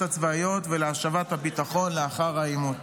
הצבאיות ולהשבת הביטחון לאחר העימות.